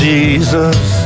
Jesus